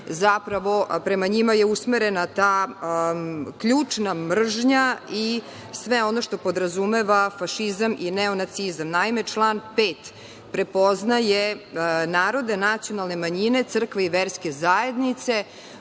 zapravo, prema njima je usvojena ta ključna mržnja i sve ono što podrazumeva fašizam i neonacizam. Naime, član 5. prepoznaje narodne nacionalne manjine, crkve i verske zajednice,